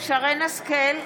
שרן מרים השכל,